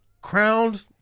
crowned